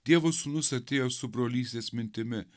dievo sūnus atėjo su brolystės mintimi